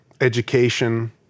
education